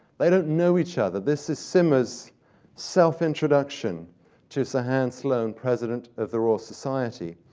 they don't know each other. this is swymmer's self-introduction to sir hans sloane, president of the royal society.